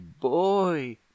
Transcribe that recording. boy